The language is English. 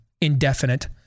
indefinite